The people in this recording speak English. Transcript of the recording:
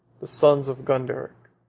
the sons of gonderic.